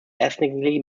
ethnically